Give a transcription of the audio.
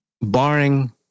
barring